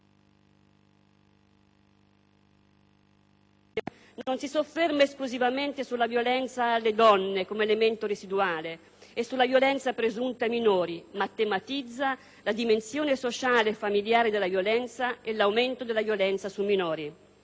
non si sofferma esclusivamente sulla violenza alle donne come elemento residuale e sulla violenza presunta ai minori, ma tematizza la dimensione sociale e familiare della violenza e l'aumento della violenza sui minori.